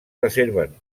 reserven